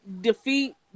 defeat